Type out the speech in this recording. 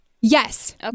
yes